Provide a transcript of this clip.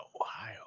Ohio